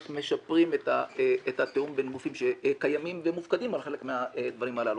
איך משפרים את התיאום בין גופים קיימים ומופקדים על חלק מהדברים הללו.